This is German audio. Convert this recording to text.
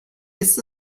ist